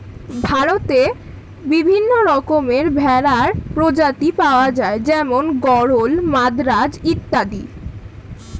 ভারতে বিভিন্ন রকমের ভেড়ার প্রজাতি পাওয়া যায় যেমন গরল, মাদ্রাজ অত্যাদি